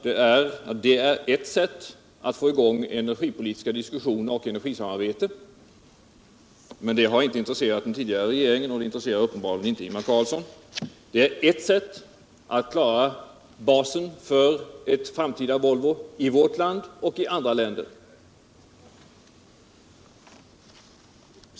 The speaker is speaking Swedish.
Det är också ett sätt att få i gång energipolitiska diskussioner och energisamarbete. Mcn det har inte intresserat den tidigare regeringen, och det intresserar uppenbarligen inte Ingvar Carlsson. Det är ett sätt att klara basen för ett framtida Volvo, i vårt land och i andra länder.